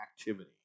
activity